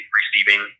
receiving